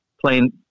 playing